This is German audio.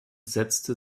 setzte